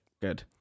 Good